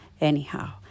Anyhow